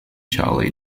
charley